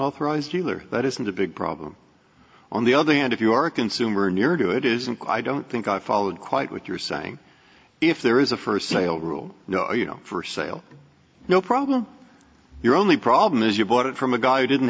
authorized dealer that isn't a big problem on the other hand if you are a consumer or near to it is and i don't think i followed quite what you're saying if there is a first sale rule no you know for sale no problem your only problem is you bought it from a guy who didn't